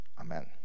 Amen